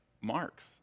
marks